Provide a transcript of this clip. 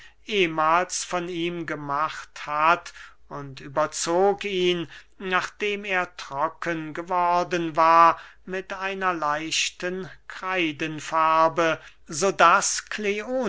ehmals von ihm gemacht hat und überzog ihn nachdem er trocken geworden war mit einer leichten kreidenfarbe so daß